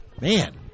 Man